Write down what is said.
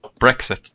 Brexit